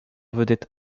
vedette